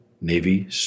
Navy